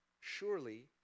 surely